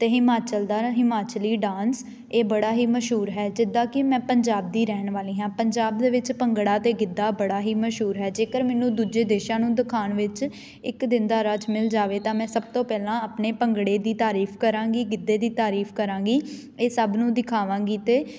ਅਤੇ ਹਿਮਾਚਲ ਦਾ ਹਿਮਾਚਲੀ ਡਾਂਸ ਇਹ ਬੜਾ ਹੀ ਮਸ਼ਹੂਰ ਹੈ ਜਿੱਦਾਂ ਕਿ ਮੈਂ ਪੰਜਾਬ ਦੀ ਰਹਿਣ ਵਾਲੀ ਹਾਂ ਪੰਜਾਬ ਦੇ ਵਿੱਚ ਭੰਗੜਾ ਅਤੇ ਗਿੱਧਾ ਬੜਾ ਹੀ ਮਸ਼ਹੂਰ ਹੈ ਜੇਕਰ ਮੈਨੂੰ ਦੂਜੇ ਦੇਸ਼ਾਂ ਨੂੰ ਦਿਖਾਉਣ ਵਿੱਚ ਇੱਕ ਦਿਨ ਦਾ ਰਾਜ ਮਿਲ ਜਾਵੇ ਤਾਂ ਮੈਂ ਸਭ ਤੋਂ ਪਹਿਲਾਂ ਆਪਣੇ ਭੰਗੜੇ ਦੀ ਤਾਰੀਫ਼ ਕਰਾਂਗੀ ਗਿੱਧੇ ਦੀ ਤਾਰੀਫ਼ ਕਰਾਂਗੀ ਇਹ ਸਭ ਨੂੰ ਦਿਖਾਵਾਂਗੀ ਅਤੇ